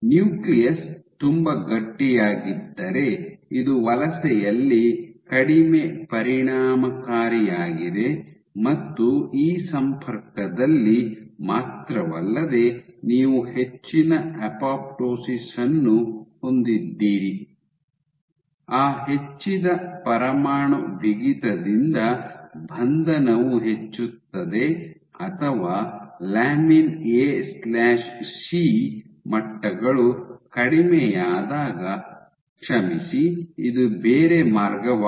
nucleus ತುಂಬಾ ಗಟ್ಟಿಯಾಗಿದ್ದರೆ ಇದು ವಲಸೆಯಲ್ಲಿ ಕಡಿಮೆ ಪರಿಣಾಮಕಾರಿಯಾಗಿದೆ ಮತ್ತು ಈ ಸಂಪರ್ಕದಲ್ಲಿ ಮಾತ್ರವಲ್ಲದೆ ನೀವು ಹೆಚ್ಚಿನ ಅಪೊಪ್ಟೋಸಿಸ್ ಅನ್ನು ಹೊಂದಿದ್ದೀರಿ ಆ ಹೆಚ್ಚಿದ ಪರಮಾಣು ಬಿಗಿತದಿಂದ ಬಂಧನವು ಹೆಚ್ಚುತ್ತದೆ ಅಥವಾ lamin A C lamin AC ಮಟ್ಟಗಳು ಕಡಿಮೆಯಾದಾಗ ಕ್ಷಮಿಸಿ ಇದು ಬೇರೆ ಮಾರ್ಗವಾಗಿದೆ